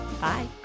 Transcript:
Bye